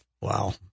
Wow